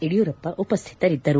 ಯಡಿಯೂರಪ್ಪ ಉಪಸ್ಥಿತರಿದ್ದರು